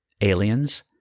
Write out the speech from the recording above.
Aliens